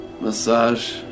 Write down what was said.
massage